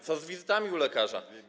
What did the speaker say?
Co z wizytami u lekarza?